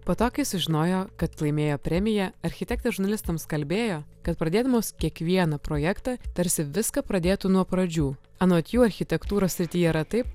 po to kai sužinojo kad laimėjo premiją architektės žurnalistams kalbėjo kad pradėdamos kiekvieną projektą tarsi viską pradėtų nuo pradžių anot jų architektūros srityje yra taip